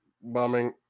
bombing